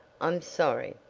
i'm sorry.